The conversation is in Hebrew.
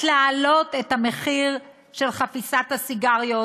להעלות את המחיר של חפיסת הסיגריות,